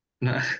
No